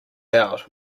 out